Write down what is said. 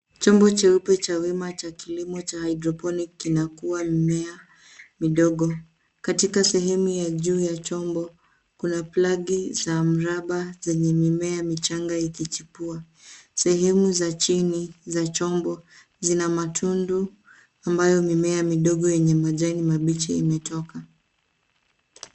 Chombo cheupe cha wima cha kilimo cha Hydroponic kinakua mmea midogo, katika sehemu ya juu ya chombo kuna plagi za mraba zenye mimea michanga ikichipua. Sehemu za chini za chombo zina matundu ambayo mimea midogo yenye majani mabichi imetoka.